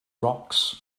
rocks